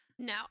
No